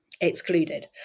excluded